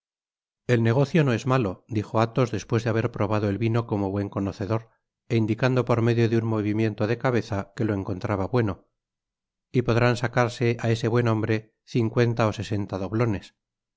el negocio no es malo dijo athos despues de haber probado el vino como buen conocedor é indicando por medio de un movimiento de cabeza que lo encontraba bueno y podrán sacarse á ese buen hombre cincuenta ó sesenta doblones